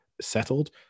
settled